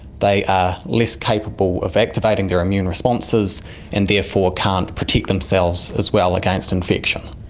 they are less capable of activating their immune responses and therefore can't protect themselves as well against infection.